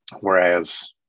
whereas